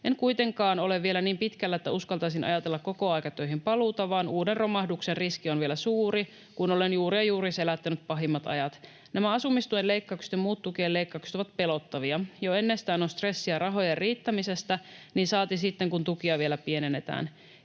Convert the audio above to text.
En kuitenkaan ole vielä niin pitkällä, että uskaltaisin ajatella kokoaikatöihin paluuta, vaan uuden romahduksen riski on vielä suuri, kun olen juuri ja juuri selättänyt pahimmat ajat. Nämä asumistuen leikkaukset ja muut tukien leikkaukset ovat pelottavia — jo ennestään on stressiä rahojen riittämisestä, saati sitten kun tukia vielä pienennetään.